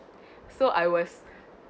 so I was